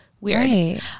Weird